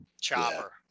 Chopper